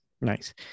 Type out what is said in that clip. Nice